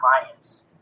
clients